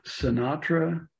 Sinatra